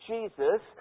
Jesus